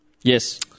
Yes